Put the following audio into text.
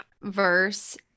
verse